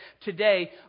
today